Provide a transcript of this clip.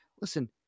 Listen